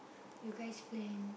you guys plan